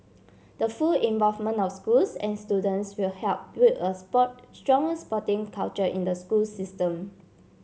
the full involvement of schools and students will help build a sport stronger sporting culture in the school system